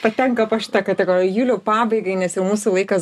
patenka po šita kategorija juliau pabaigai nes jau mūsų laikas